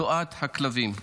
צואת הכלבים.